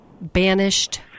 banished